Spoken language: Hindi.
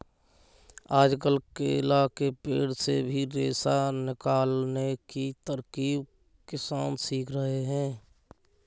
आजकल केला के पेड़ से भी रेशा निकालने की तरकीब किसान सीख रहे हैं